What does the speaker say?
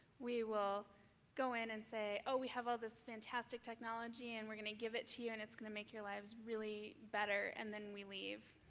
we will go in and say, oh, we have all this fantastic technology and we're going to give it to you and it's going to make your lives really better, and then we leave.